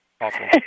Awful